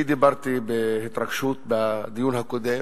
אני דיברתי בהתרגשות בדיון הקודם